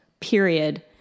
period